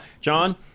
John